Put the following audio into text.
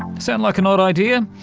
sound like an odd idea?